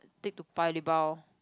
take to Paya-Lebar orh